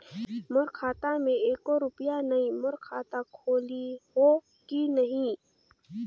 मोर खाता मे एको रुपिया नइ, मोर खाता खोलिहो की नहीं?